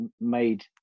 made